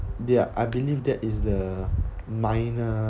that uh I believe that is the minor